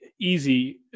easy